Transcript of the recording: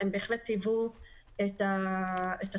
הם בהחלט היוו את התקנות.